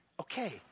Okay